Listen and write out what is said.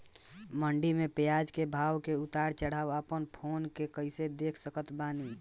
मंडी मे प्याज के भाव के उतार चढ़ाव अपना फोन से कइसे देख सकत बानी?